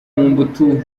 mobutu